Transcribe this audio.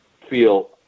feel